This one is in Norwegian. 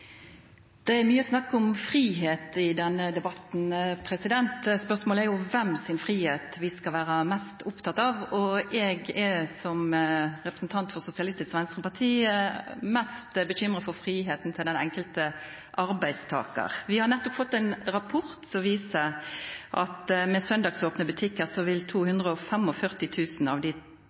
Det er mykje snakk om fridom i denne debatten. Spørsmålet er jo kven sin fridom vi skal vera mest opptekne av. Eg er som representant for Sosialistisk Venstreparti mest bekymra for fridomen til den enkelte arbeidstakar. Vi har nettopp fått ein rapport som viser at med søndagsopne butikkar vil